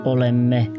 Olemme